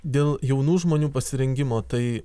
dėl jaunų žmonių pasirengimo tai